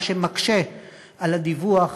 מה שמקשה על הדיווח,